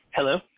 Hello